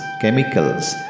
chemicals